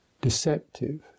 deceptive